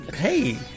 Hey